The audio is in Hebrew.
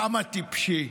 כמה טיפשי.